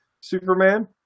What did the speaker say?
Superman